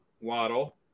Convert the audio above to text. Waddle